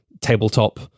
tabletop